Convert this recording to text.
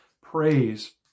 praise